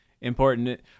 important